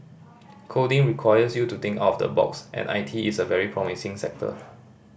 coding requires you to think of the box and I T is a very promising sector